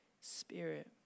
spirit